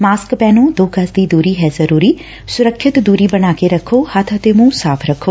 mask ਪਹਿਨੋ ਦੋ ਗਜ਼ ਦੀ ਦੁਰੀ ਹੈ ਜ਼ਰੁਰੀ ਸੁਰੱਖਿਅਤ ਦੂਰੀ ਬਣਾ ਕੇ ਰਖੋ ਹੱਬ ਅਤੇ ਮੁੰਹ ਸਾਫ਼ ਰੱਖੋ